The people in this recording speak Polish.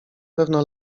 pewno